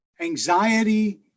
anxiety